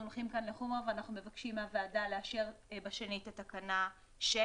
הולכים כאן לחומרה ואנחנו מבקשים מהוועדה לאשר בשנית את תקנה 6,